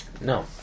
No